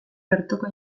bertoko